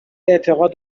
اعتقاد